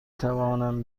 توانم